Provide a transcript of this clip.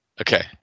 Okay